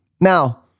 Now